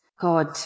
God